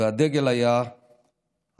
והדגל היה הקמת